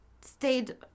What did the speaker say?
stayed